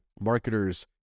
marketers